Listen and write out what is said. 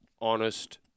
honest